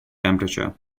temperature